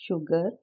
sugar